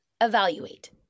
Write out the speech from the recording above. Evaluate